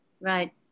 Right